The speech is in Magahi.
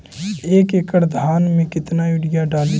एक एकड़ धान मे कतना यूरिया डाली?